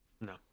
no